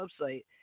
website